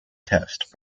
test